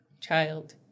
child